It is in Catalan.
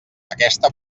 aquesta